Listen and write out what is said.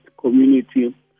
community